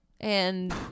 And-